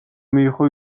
მიიღო